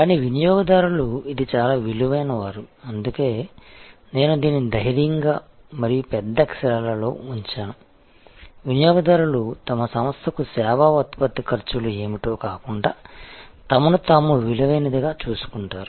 కానీ వినియోగదారులు ఇది చాలా విలువైన వారు అందుకే నేను దీన్ని ధైర్యంగా మరియు పెద్ద అక్షరాలలో ఉంచాను వినియోగదారులు తమ సంస్థకు సేవా ఉత్పత్తి ఖర్చులు ఏమిటో కాకుండా తమను తాము విలువైనదిగా చూసుకుంటారు